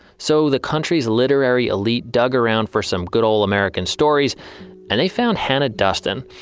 so the country's literary elite dug around for some good old american stories and they found hannah duston.